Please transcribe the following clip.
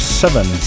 seven